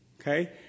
Okay